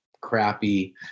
crappy